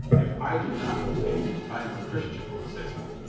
if i do not obey you i am a christian, said he.